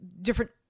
different